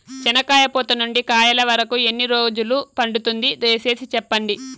చెనక్కాయ పూత నుండి కాయల వరకు ఎన్ని రోజులు పడుతుంది? దయ సేసి చెప్పండి?